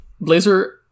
blazer